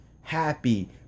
happy